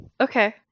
okay